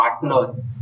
partner